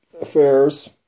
affairs